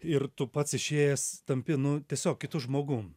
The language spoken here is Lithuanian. ir tu pats išėjęs tampi nu tiesiog kitu žmogum